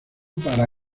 para